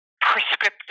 prescriptive